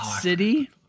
City